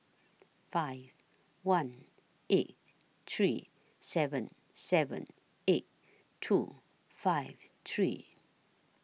five one eight three seven seven eight two five three